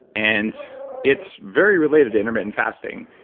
and it's very related to intermittent fasting,